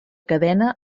cadena